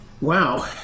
Wow